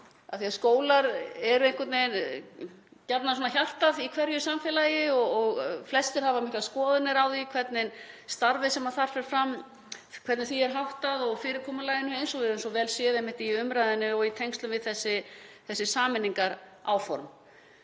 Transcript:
því að skólar eru einhvern veginn gjarnan hjartað í hverju samfélagi og flestir hafa miklar skoðanir á því hvernig starfinu sem þar fer fram er háttað og fyrirkomulaginu eins og við höfum svo vel séð einmitt í umræðunni og í tengslum við þessi sameiningaráform.